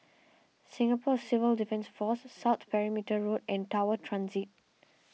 Singapore Civil Defence force South Perimeter Road and Tower Transit